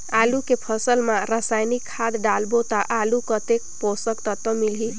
आलू के फसल मा रसायनिक खाद डालबो ता आलू कतेक पोषक तत्व मिलही?